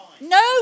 no